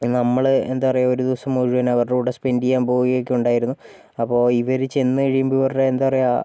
നമ്മള് എന്താ പറയുക ഒരു ദിവസം മുഴുവനും അവരുടെ കൂടെ സ്പെൻറ്റ് ചെയ്യാൻ പോയിട്ടുണ്ടായിരുന്നു അപ്പോൾ ഇവര് ചെന്ന് കഴിയുമ്പോൾ ഇവരുടെ എന്താ പറയുക